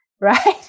Right